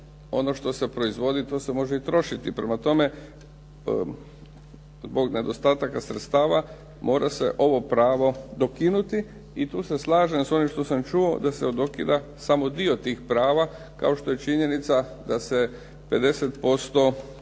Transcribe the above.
ono što se proizvodi to se može i trošiti. Prema tome, zbog nedostataka sredstava mora se ovo pravo dokinuti i tu se slažem sa ovim što sam čuo da se dokida samo dio tih prava kao što i činjenica da se 50%